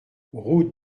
route